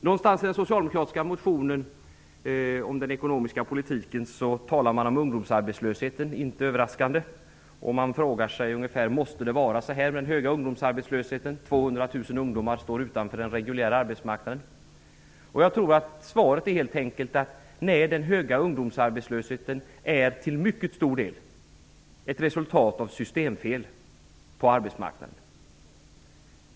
Någonstans i den socialdemokratiska motionen om den ekonomiska politiken talar man inte överraskande om ungdomsarbetslösheten. Man frågar sig: Måste det vara en så hög ungdomsarbetslöshet? 200 000 ungdomar står utanför den reguljära arbetsmarknaden. Jag tror att svaret helt enkelt är nej. Den höga ungdomsarbetslösheten är till mycket stor del ett resultat av systemfel på arbetsmarknaden.